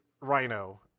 rhino